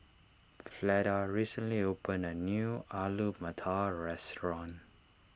Fleda recently opened a new Alu Matar restaurant